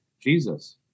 Jesus